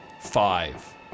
five